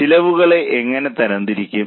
ചെലവുകളെ എങ്ങനെ തരം തിരിക്കും